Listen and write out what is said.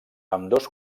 ambdós